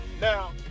now